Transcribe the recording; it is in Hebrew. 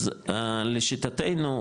אז לשיטתנו,